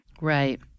Right